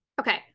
okay